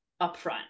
upfront